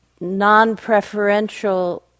non-preferential